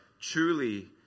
truly